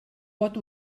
pot